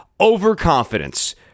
overconfidence